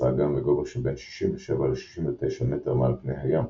האגם בגובה שבין 67 ל-69 מטר מעל פני הים,